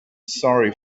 sorry